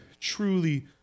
truly